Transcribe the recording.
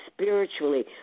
spiritually